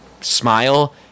Smile